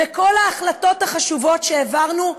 וכל ההחלטות החשובות שהעברנו,